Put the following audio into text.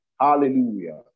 Hallelujah